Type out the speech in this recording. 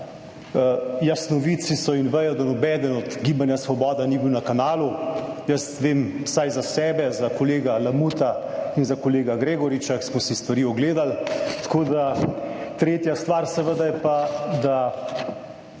jasnovidci so in vejo, da nobeden od gibanja Svoboda ni bil na kanalu. Jaz vem vsaj za sebe, za kolega Lamuta in za kolega Gregoriča, ki smo si stvari ogledali, tako da. Tretja stvar seveda je pa, da